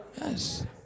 Yes